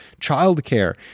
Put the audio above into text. childcare